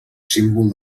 símbol